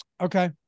Okay